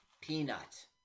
Peanut